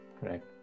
Correct